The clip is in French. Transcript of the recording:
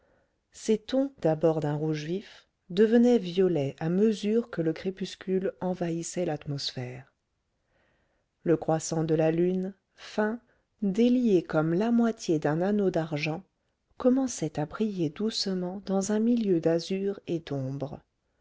ces tons d'abord d'un rouge vif devenaient violets à mesure que le crépuscule envahissait l'atmosphère le croissant de la lune fin délié comme la moitié d'un anneau d'argent commençait à briller doucement dans un milieu d'azur et d'ombre